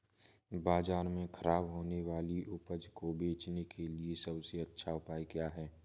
बाजार में खराब होने वाली उपज को बेचने के लिए सबसे अच्छा उपाय क्या है?